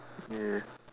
ya